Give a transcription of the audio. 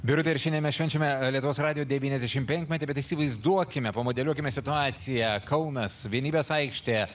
birute ir šiandien mes švenčiame lietuvos radijo devyniasdešimt penkmetį bet įsivaizduokime pamodeliuokime situaciją kaunas vienybės aikštė